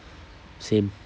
same